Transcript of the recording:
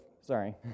sorry